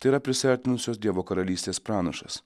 tai yra prisiartinusios dievo karalystės pranašas